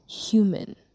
human